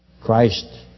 Christ